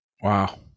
Wow